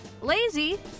Lazy